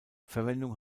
verwendung